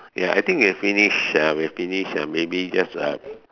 ya I think we've finished uh we've finished uh maybe just uh